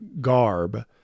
garb